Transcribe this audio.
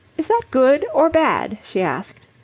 is that good or bad? she asked.